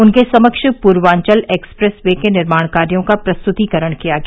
उनके समक्ष Purvanchal expressway के निर्माण कार्यो का प्रस्तुतीकरण किया गया